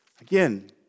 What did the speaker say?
Again